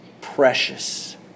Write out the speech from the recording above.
precious